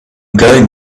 going